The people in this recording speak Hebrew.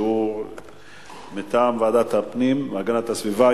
שהוא מטעם ועדת הפנים והגנת הסביבה,